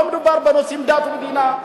לא מדובר בנושאי דת ומדינה.